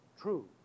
true